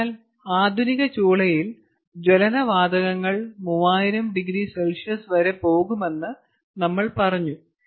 അതിനാൽ ആധുനിക ചൂളയിൽ ജ്വലന വാതകങ്ങൾ 3000oC വരെ പോകുമെന്ന് നമ്മൾ പറഞ്ഞു